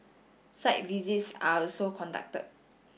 site visits are also conducted